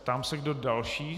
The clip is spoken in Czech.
Ptám se, kdo další?